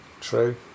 True